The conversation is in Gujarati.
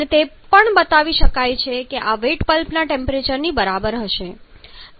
અને તે પણ બતાવી શકાય છે કે આ વેટ બલ્બના ટેમ્પરેચરની બરાબર હશે